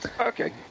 okay